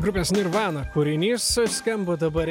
grupės nirvana kūrinys skamba dabar